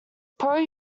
pro